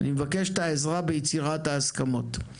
אני מבקש את העזרה ביצירת ההסכמות.